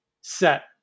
set